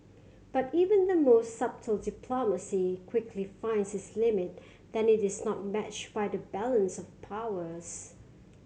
but even the most subtle diplomacy quickly finds its limit that it is not matched by the balance of powers